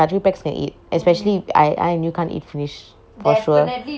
ya three pax can eat especially I I and you can't eat finish for sure